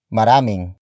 Maraming